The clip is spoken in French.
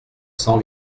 cent